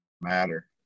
matter